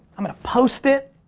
i'm gonna post it,